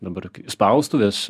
dabar spaustuvės